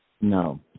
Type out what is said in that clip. No